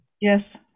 Yes